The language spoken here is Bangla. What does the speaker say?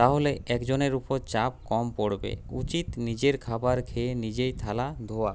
তাহলে একজনের উপর চাপ কম পড়বে উচিত নিজের খাবার খেয়ে নিজেই থালা ধোওয়া